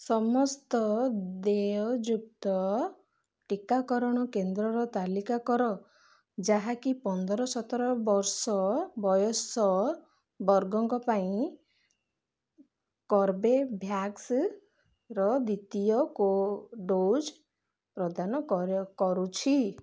ସମସ୍ତ ଦେୟଯୁକ୍ତ ଟିକାକରଣ କେନ୍ଦ୍ରର ତାଲିକା କର ଯାହାକି ପନ୍ଦର ସତର ବର୍ଷ ବୟସ ବର୍ଗଙ୍କ ପାଇଁ କର୍ବେଭ୍ୟାକ୍ସର ଦ୍ୱିତୀୟ କୋ ଡୋଜ୍ ପ୍ରଦାନ କରୁଛି